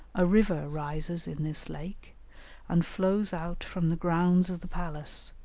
a river rises in this lake and flows out from the grounds of the palace,